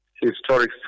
historic